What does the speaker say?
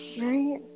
Right